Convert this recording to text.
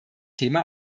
thema